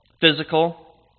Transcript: physical